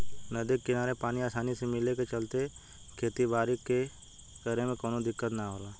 नदी के किनारे पानी आसानी से मिले के चलते खेती बारी करे में कवनो दिक्कत ना होला